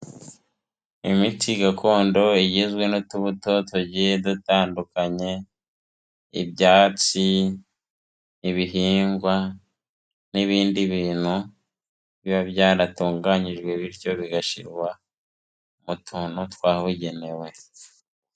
Imiti gakondo igizwe n'utubuto tugiye dutandukanye, ibyatsi, ibihingwa n'ibindi bintu biba byaratunganyijwe bityo bigashirwa, mu tuntu twabugenewe.